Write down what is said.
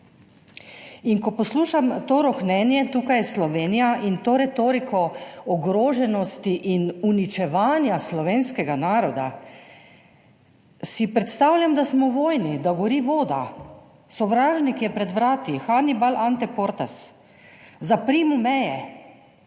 tukaj je Slovenija, in to retoriko ogroženosti in uničevanja slovenskega naroda, si predstavljam, da smo v vojni, da gori voda, sovražnik je pred vrati, Hannibal ante portas, zaprimo meje.